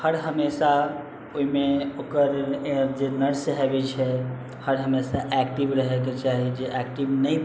हर हमेशा ओहिमे ओकर जे नर्स होइत छै हर हमेशा ऐक्टिव रहएके चाही जे ऐक्टिव नहि